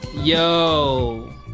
Yo